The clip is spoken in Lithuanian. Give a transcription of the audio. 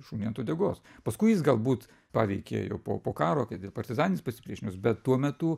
šuniui ant uodegos paskui jis galbūt paveikė jau po po karo kaip ir partizaninis pasipriešinimas bet tuo metu